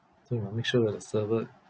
so we must make sure the server